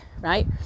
right